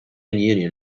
union